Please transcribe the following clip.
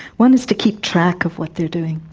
one is to keep track of what they are doing,